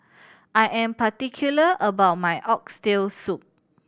I am particular about my Oxtail Soup